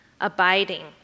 abiding